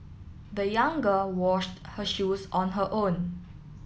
the young girl washed her shoes on her own